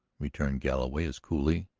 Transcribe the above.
returned galloway as coolly,